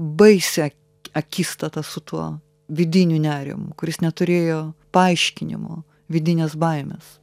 baisią akistatą su tuo vidiniu nerimu kuris neturėjo paaiškinimo vidinės baimės